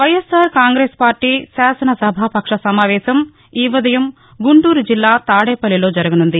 YSR Congress party శాసనసభాపక్ష సమావేశం ఈఉదయం గుంటూరు జిల్లా తాడేపల్లిలో జరగనుంది